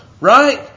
right